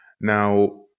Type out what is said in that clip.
now